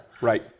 Right